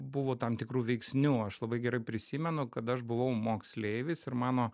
buvo tam tikrų veiksnių aš labai gerai prisimenu kad aš buvau moksleivis ir mano